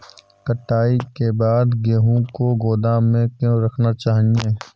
कटाई के बाद गेहूँ को गोदाम में क्यो रखना चाहिए?